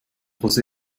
josé